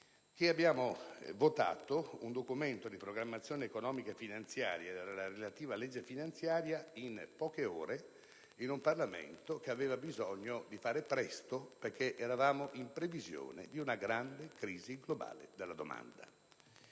abbiamo votato un Documento di programmazione economico-finanziaria e la relativa finanziaria in poche ore, in un Parlamento che aveva bisogno di fare presto, perché si prevedeva una grande crisi globale della domanda.